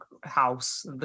house